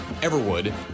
Everwood